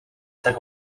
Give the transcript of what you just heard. цаг